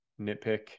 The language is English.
nitpick